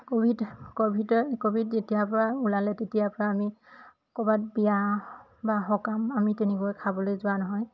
Covid ক'ভিডৰ covid যেতিয়াৰপৰা ওলালে তেতিয়াৰপৰা আমি ক'ৰবাত বিয়া বা সকাম আমি তেনেকৈ খাবলৈ যোৱা নহয়